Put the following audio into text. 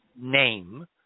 name